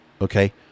Okay